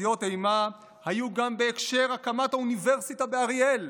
תחזיות אימה היו גם בהקשר הקמת האוניברסיטה באריאל.